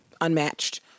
unmatched